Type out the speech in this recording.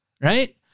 right